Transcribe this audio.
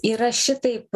yra šitaip